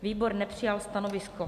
Výbor nepřijal stanovisko.